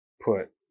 put